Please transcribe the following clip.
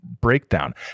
breakdown